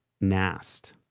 Nast